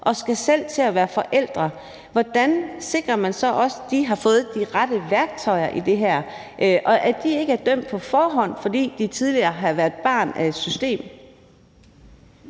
og skal selv til at være forældre. Hvordan sikrer man, at de har fået de rette værktøjer i det her, og at de ikke er dømt på forhånd, fordi de tidligere har været barn af et system?